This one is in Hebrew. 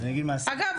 אגב,